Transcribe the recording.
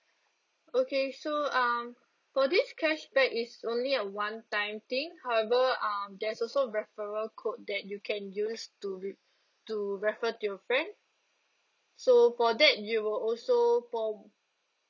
okay so um for this cashback is only a one-time thing however um there's also referral code that you can use to re~ to referral to your friend so for that you will also for